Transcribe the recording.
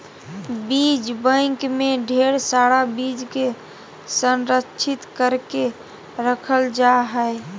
बीज बैंक मे ढेर सारा बीज के संरक्षित करके रखल जा हय